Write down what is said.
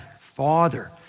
Father